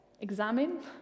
examine